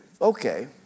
Okay